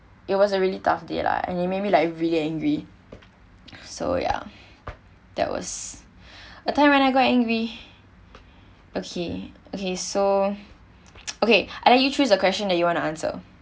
it was a really tough day lah and it made me like really angry so ya that was a time when I got angry okay okay so okay I let you choose a question that you want to answer